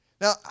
Now